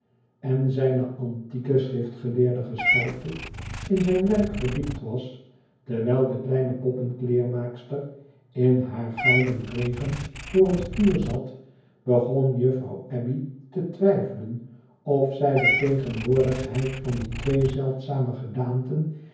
en zijne antieke schriftgeleerden gestalte m zijn werk verdiept was terwijl de kleine poppenkleermaakster in haar gouden regen voor het vuur zat begon juffrouw abbey te twijfelen of zij de tegenwoordigheid van die twee zeldzame gedaanten